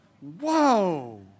Whoa